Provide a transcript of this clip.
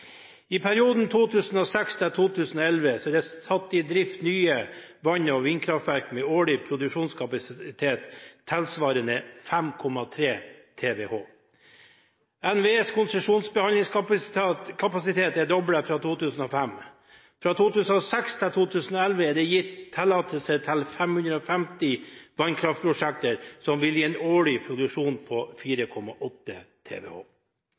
i disse årene: I perioden 2006–2011 er det satt i drift nye vann- og vindkraftverk med en årlig produksjonskapasitet tilsvarende 5,3 TWh. NVEs konsesjonsbehandlingskapasitet er doblet fra 2005. Fra 2006 til 2011 er det gitt tillatelser til 550 vannkraftprosjekter, som vil gi en årlig produksjon på 4,8 TWh.